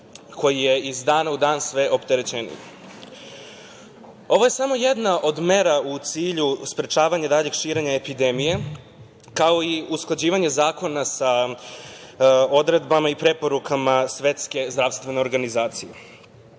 koji je iz dana u dan sve opterećeniji. Ovo je samo jedna od mera u cilju sprečavanja daljeg širenja epidemije, kao i usklađivanje zakona sa odredbama i preporukama Svetske zdravstvene organizacije.